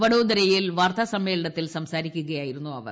വഡോദരയിൽ വാർത്താ സമ്മേളനത്തിൽ സംസാരിക്കുകയായിരുന്നു അവർ